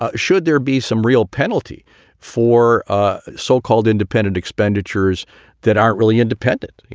ah should there be some real penalty for ah so-called independent expenditures that aren't really independent? you